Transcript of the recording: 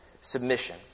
submission